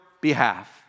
behalf